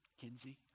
Kinsey